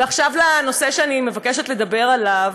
ועכשיו לנושא שאני מבקשת לדבר עליו,